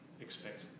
expect